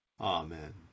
Amen